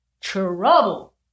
trouble